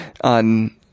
on